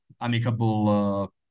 amicable